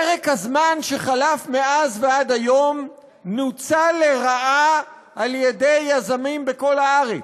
פרק הזמן שחלף מאז ועד היום נוצל לרעה על ידי יזמים בכל הארץ.